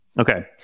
Okay